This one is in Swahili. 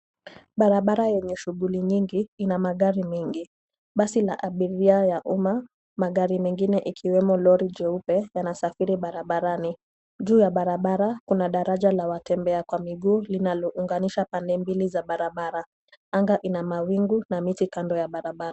Barabara yenye shughuli nyingi ina magari mengi. Basi la abiria ya umma, magari mengine madogo ikiwemo lori jeupe inasafiri barabarani. Juu ya barabara kuna daraja la watembea kwa miguu linalounganisha pande mbili za barabara. Anga ina mawingu na miti kando ya barabara.